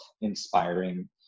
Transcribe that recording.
inspiring